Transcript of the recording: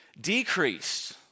decrease